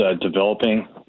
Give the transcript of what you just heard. developing